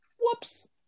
Whoops